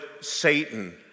Satan